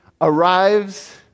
arrives